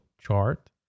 chart